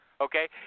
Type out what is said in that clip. Okay